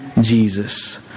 Jesus